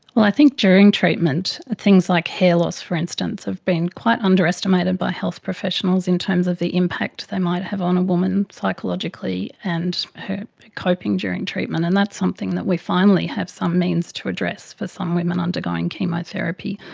well, i think during treatment things like hair loss, for instance, have been quite underestimated by health professionals in terms of the impact they might have on a woman psychologically and her coping during treatment, and that's something that we finally have some means to address for some women undergoing chemotherapy,